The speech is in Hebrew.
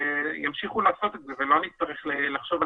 ימשיכו לעשות את זה ולא נצטרך לחשוב על